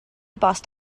bost